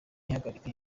ihagarika